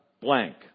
blank